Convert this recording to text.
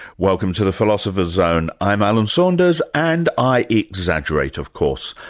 welcome to the philosopher's zone. i'm alan saunders and i exaggerate, of course,